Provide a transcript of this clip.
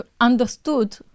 understood